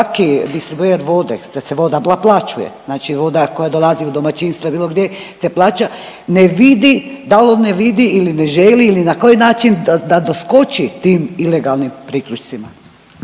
svaki distributer vode sad se voda naplaćuje, znači voda koja dolazi u domaćinstva i bilo gdje se plaća ne vidi dal on ne vidi ili ne želi ili na koji način da doskoči tim ilegalnim priključcima.